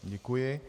Děkuji.